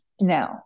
no